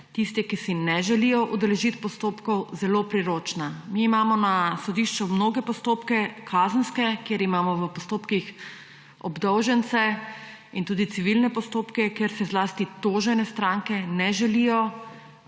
tiste, ki si ne želijo udeležiti postopkov, zelo priročna. Mi imamo na sodišču mnoge kazenske postopke, kjer imamo v postopkih obdolžence, in tudi civilne postopke, kjer se zlasti tožene stranke ne želijo